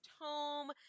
home